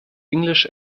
english